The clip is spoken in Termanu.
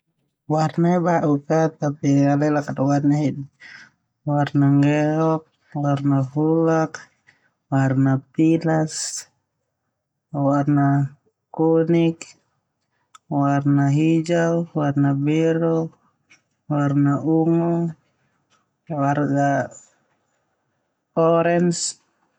Warna ia bau'uk a tehu au alelak kada hida, warna nggeok, warna fulak, warna pilas, warna kuning, warna hijau, warna biru, warna pink, warna ungu, warna orange.